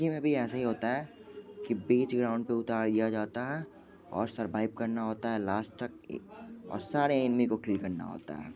PUBG में भी ऐसा ही होता है कि बीच ग्राउंड पे उतार दिया जाता है और सरबाइव करना होता है लास्ट तक और सारे एनेमी को किल करना होता है